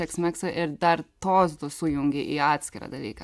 teksmeksą ir dar tos du sujungė į atskirą dalyką